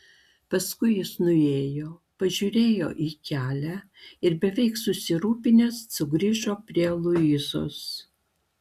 paskui jis nuėjo pažiūrėjo į kelią ir beveik susirūpinęs sugrįžo prie luizos